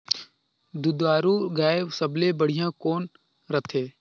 दुधारू गाय सबले बढ़िया कौन रथे?